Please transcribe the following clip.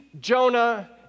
Jonah